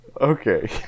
Okay